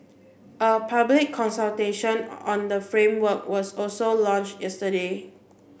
a public consultation on the framework was also launch yesterday